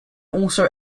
also